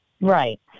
Right